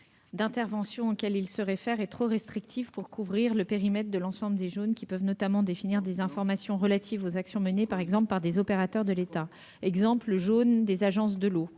d'intervention auxquels il se réfère est trop restrictive pour couvrir le périmètre de l'ensemble des jaunes, qui peuvent définir des informations relatives aux actions menées, par exemple, par des opérateurs de l'État. Ainsi, le jaune des agences de l'eau